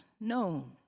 known